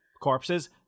corpses